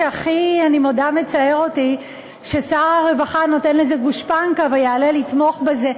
מה שהכי מצער אותי זה ששר הרווחה נותן לזה גושפנקה ויעלה לתמוך בזה.